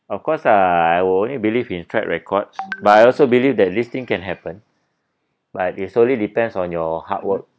of course I will believe in track records but I also believe that listing can happen but it solely depends on your hard work